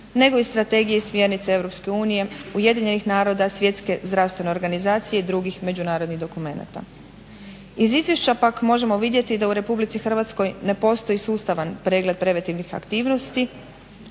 nego i strategije i smjernice EU, UN-a, Svjetske zdravstvene organizacije i drugih međunarodnih dokumenata. Iz izvješća pak možemo vidjeti da u RH ne postoji sustavan pregled preventivnih aktivnosti